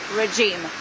regime